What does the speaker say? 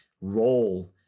role